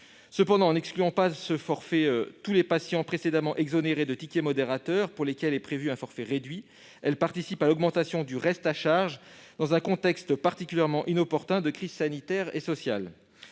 Cependant, en n'excluant pas de ce forfait tous les patients précédemment exonérés de ticket modérateur, pour lesquels est prévu un forfait réduit, cette modification participe à l'augmentation du reste à charge dans un contexte particulièrement inopportun de crise sanitaire et sociale.